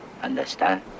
Understand